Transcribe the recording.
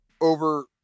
over